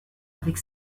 avec